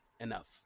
Enough